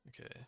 okay